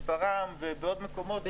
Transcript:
בשפרעם ובעוד מקומות.